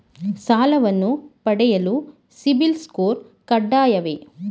ಸಾಲವನ್ನು ಪಡೆಯಲು CIBIL score ಕಡ್ಡಾಯವೇ?